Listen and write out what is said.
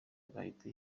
agahita